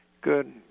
Good